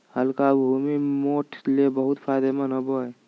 हल्का भूमि, मोठ ले बहुत फायदेमंद होवो हय